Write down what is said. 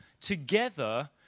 together